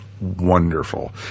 Wonderful